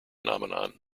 phenomenon